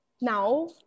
now